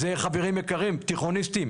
זה, חברים יקרים, תיכוניסטים.